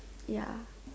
ya